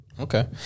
Okay